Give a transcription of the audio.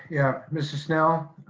yeah, mrs. snell,